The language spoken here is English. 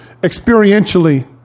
experientially